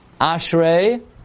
Ashrei